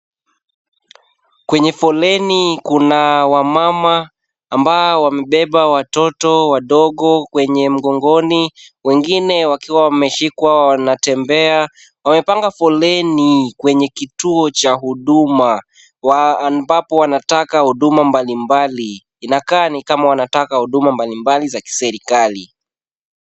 Kwenye foleni kuna wamama ambao wamebeba watoto wadogo kwenye mgongoni, wengine wakiwa wameshikwa wanatembea, wamepanga foleni kwenye kituo cha huduma, wa ambapo wanataka huduma mbalimbali, inakaa ni kama wanataka huduma mbalimbali za kiserikali.